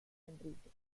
enrique